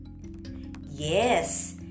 Yes